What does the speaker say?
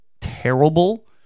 terrible